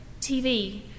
TV